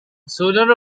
sooner